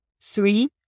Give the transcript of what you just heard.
Three